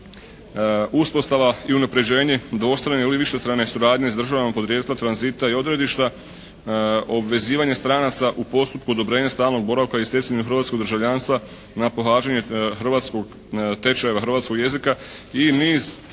uspostava i unapređenje dvostrane ili višestrane suradnje sa država podrijetla tranzita i odredišta, obvezivanje stranaca u postupku odobrenja stalnog boravka i stjecanja hrvatskog državljanstva na pohađanje hrvatskog, tečajeva hrvatskog jezika i niz